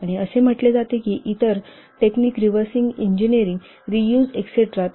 आणि इतर तंत्र रिव्हर्सिंग इंजिनीअरिंग रीयूज एस्टेरा प्रस्तावित केले